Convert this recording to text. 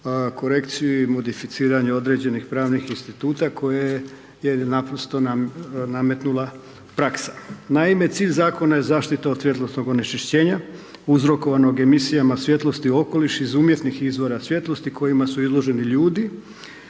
korekciju i modificiranje određenih pravnih instituta koje je naprosto nametnula praksa. Naime, cilj zakona je zaštita od svjetlosnog onečišćenja uzrokovanog emisijama svjetlosti u okoliš iz umjetnih izvora svjetlosti kojima su izloženi ljudi,